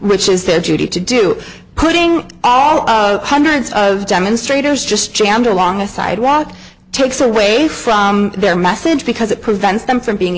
which is their duty to do putting all hundreds of demonstrators just jammed along a sidewalk takes away from their message because it prevents them from being